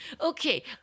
Okay